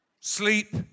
sleep